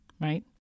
right